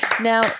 Now